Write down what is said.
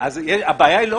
ממש לא.